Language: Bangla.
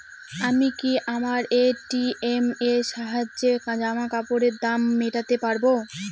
আমি কি আমার এ.টি.এম এর সাহায্যে জামাকাপরের দাম মেটাতে পারব?